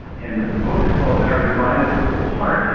and the book is called our divided political heart.